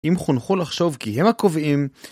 אם חונכו לחשוב כי הם הקובעים.